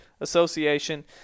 Association